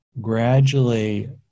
gradually